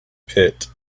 pit